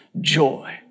joy